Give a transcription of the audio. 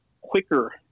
quicker